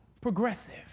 progressive